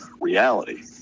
reality